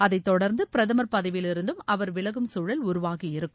அதை தொடர்ந்து பிரதமர் பதவியிலிருந்தும் அவர் விலகும் சூழல் உருவாகியிருக்கும்